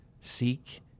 Seek